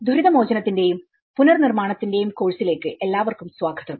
ദുരിതമോചനത്തിന്റെയും പുനർനിർമ്മാണത്തിന്റെയും കോഴ്സിലേക്ക് എല്ലാവർക്കും സ്വാഗതം